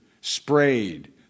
sprayed